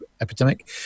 epidemic